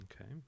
Okay